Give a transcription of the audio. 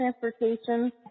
transportation